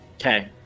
Okay